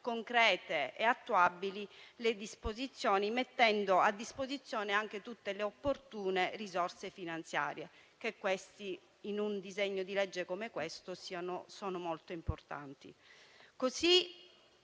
concrete e attuabili le misure, mettendo a disposizione anche tutte le opportune risorse finanziarie, che in un disegno di legge come questo sono molto importanti.